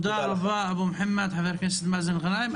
תודה רבה, חבר הכנסת מאזן גנאים.